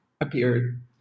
appeared